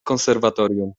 konserwatorium